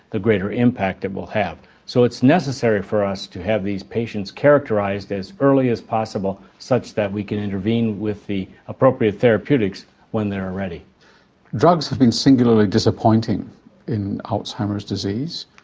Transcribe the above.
the greater impact it will have. so it's necessary for us to have these patients characterised as early as possible such that we can intervene with the appropriate therapeutics when they are drugs have been singularly disappointing in alzheimer's disease.